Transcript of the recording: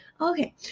Okay